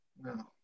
no